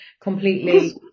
completely